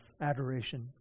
adoration